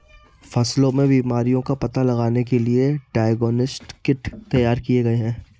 फसलों में बीमारियों का पता लगाने के लिए डायग्नोस्टिक किट तैयार किए गए हैं